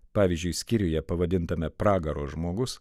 pavyzdžiui skyriuje pavadintame pragaro žmogus